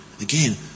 Again